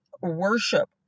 worship